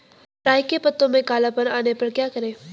राई के पत्तों में काला पन आने पर क्या करें?